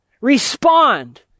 respond